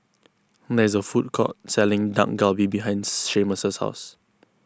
there is a food court selling Dak Galbi behind Seamus' house